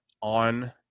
on